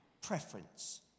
preference